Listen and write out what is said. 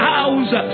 House